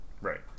right